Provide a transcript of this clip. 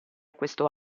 questo